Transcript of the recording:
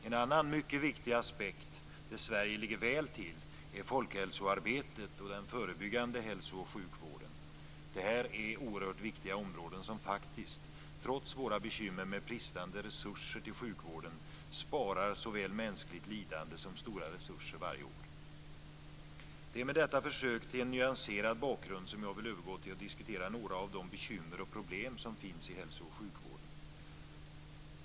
En annan mycket viktig aspekt där Sverige ligger väl till är folkhälsoarbetet och den förebyggande hälso och sjukvården. De är oerhört viktiga områden som faktiskt, trots våra bekymmer med bristande resurser till sjukvården, sparar såväl mänskligt lidande som stora resurser varje år. Det är med detta försök till en nyanserad bakgrund som jag vill övergå till att diskutera några av de bekymmer och problem som finns i hälso och sjukvården.